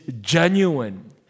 genuine